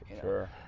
Sure